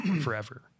forever